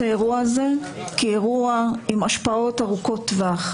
האירוע הזה כאירוע עם השפעות ארוכות טווח.